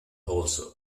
also